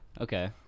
Okay